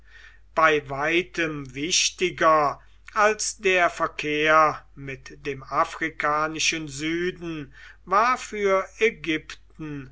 bei weitem wichtiger als der verkehr mit dem afrikanischen süden war für ägypten